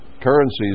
currencies